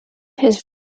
his